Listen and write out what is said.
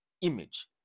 Image